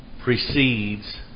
precedes